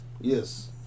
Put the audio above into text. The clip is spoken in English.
Yes